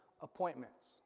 appointments